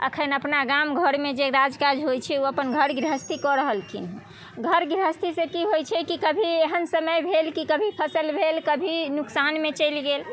अखन अपना गाम घरमे जे राजकाज होइत छै ओ अपन घर गृहस्थी कऽ रहलखिन हँ घर गृहस्थीसँ की होइत छै की कभी एहन समय भेल जे कभी फसल भेल कभी नुकसानमे चलि गेल